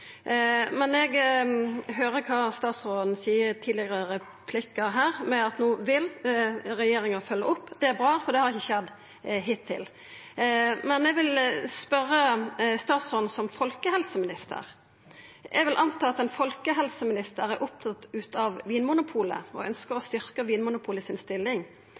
Men eg høyrde kva statsråden sa i tidlegare replikkar her om at no vil regjeringa følgja opp. Det er bra, for det har ikkje skjedd hittil. Men eg vil spørja statsråden som folkehelseminister: Eg vil anta at ein folkehelseminister er opptatt av Vinmonopolet og ønskjer å styrkja Vinmonopolet si stilling.